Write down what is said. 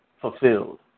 fulfilled